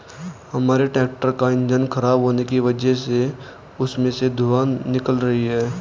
हमारे ट्रैक्टर का इंजन खराब होने की वजह से उसमें से धुआँ निकल रही है